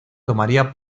tomaría